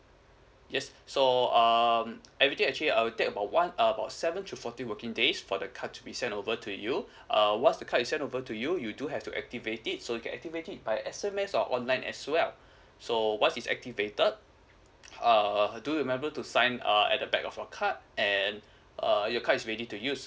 yes so um everything actually will take about one err about seven to fourteen working days for the card to be sent over to you uh once the card is sent over to you you do have to activate it so you can activate it by S_M_S or online as well so once it's activated err do remember to sign a at the back of your card and uh your card is ready to use